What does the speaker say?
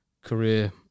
career